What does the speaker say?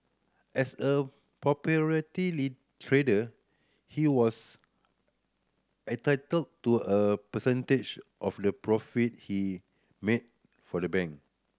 as a trader he was entitled to a percentage of the profit he made for the bank